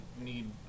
need